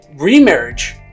Remarriage